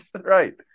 right